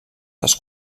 les